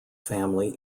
family